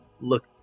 look